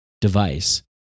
device